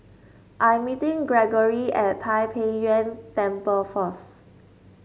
I'm meeting Greggory at Tai Pei Yuen Temple first